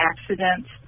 accidents